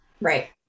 Right